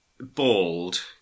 bald